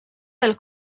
del